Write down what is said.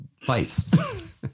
fights